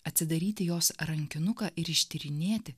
atsidaryti jos rankinuką ir ištyrinėti